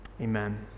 Amen